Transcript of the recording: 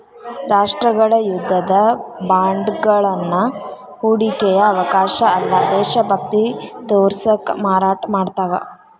ರಾಷ್ಟ್ರಗಳ ಯುದ್ಧದ ಬಾಂಡ್ಗಳನ್ನ ಹೂಡಿಕೆಯ ಅವಕಾಶ ಅಲ್ಲ್ದ ದೇಶಭಕ್ತಿ ತೋರ್ಸಕ ಮಾರಾಟ ಮಾಡ್ತಾವ